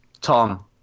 Tom